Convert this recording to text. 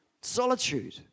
Solitude